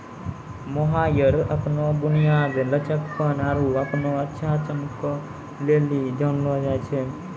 mohair अपनो बुनियाद, लचकपन आरु अपनो अच्छा चमको लेली जानलो जाय छै